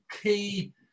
key